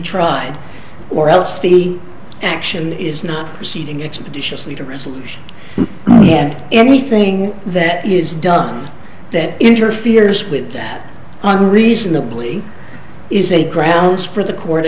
tried or else the action is not ceding expeditiously to resolution and anything that is done that interferes with that on reasonably is a grounds for the court